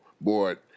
board